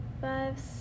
Five